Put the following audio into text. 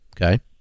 Okay